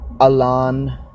Alan